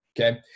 okay